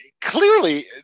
clearly